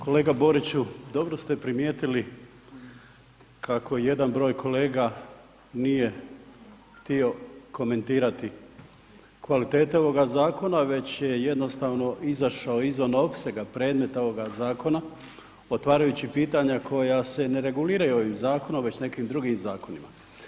Kolega Boriću, dobro ste primijetili kako jedan broj kolega nije htio komentirati kvalitete ovoga Zakona, već je jednostavno izašao izvan opsega predmeta ovoga Zakona otvarajući pitanja koja se ne reguliraju ovim Zakonom, već nekim drugim Zakonima.